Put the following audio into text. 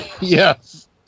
Yes